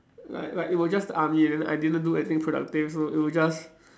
like like it was just army and then I didn't do anything productive so it was just